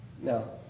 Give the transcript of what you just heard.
No